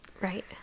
Right